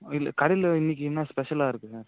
ஆ இல்லை கடையில் இன்னக்கு என்ன ஸ்பெஷலாக இருக்குங்க